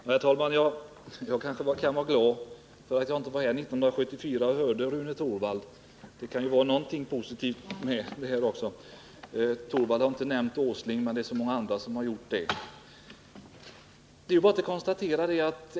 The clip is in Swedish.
Herr talman! Jag kanske kan vara glad över att jag inte var här 1974 och hörde Rune Torwald då; det kan vara någonting positivt med det här också. Rune Torwald säger att han inte har nämnt Åslings namn, men det är många andra som har gjort det.